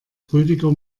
rüdiger